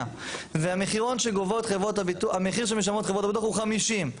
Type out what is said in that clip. והמחיר שמשלמות חברות הביטוח הוא 50,